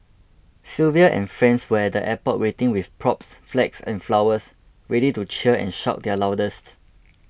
Sylvia and friends were at the airport waiting with props flags and flowers ready to cheer and shout their loudest